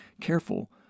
careful